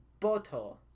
boto